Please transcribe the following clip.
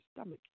stomach